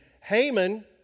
Haman